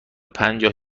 پنجاه